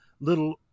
little